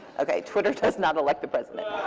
ok. twitter does not elect the president.